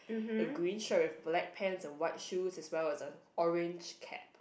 a green shirt with black pants and white shoes as well as a orange cap